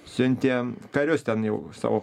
siuntė karius ten jau savo